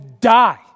die